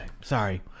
sorry